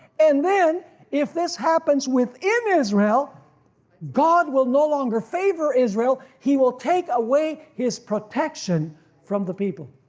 and then if this happens within israel god will no longer favor israel, he will take away his protection from the people.